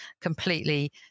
completely